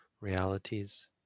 realities